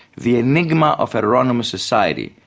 the enigma of heteronymous society,